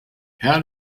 how